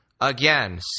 Again